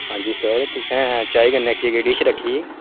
हां जी सर तुसें चाही कन्नै केह् केह् डिश रक्खी दी